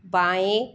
बाएँ